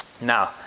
Now